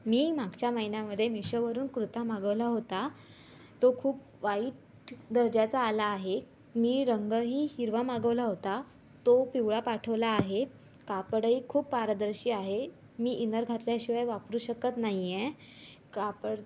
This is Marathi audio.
मी मागच्या महिन्यामध्ये मिशोवरून कुर्ता मागवला होता तो खूप वाईट दर्जाचा आला आहे मी रंगही हिरवा मागवला होता तो पिवळा पाठवला आहे कापडही खूप पारदर्शी आहे मी इनर घातल्याशिवाय वापरू शकत नाही आहे कापड